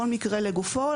בכל מקרה לגופו,